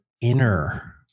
inner